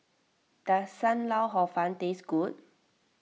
does Sam Lau Hor Fun taste good